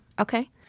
Okay